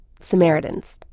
Samaritans